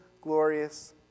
glorious